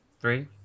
three